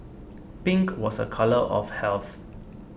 pink was a colour of health